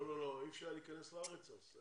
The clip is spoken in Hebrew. לא, אי אפשר היה להכנס לארץ אז.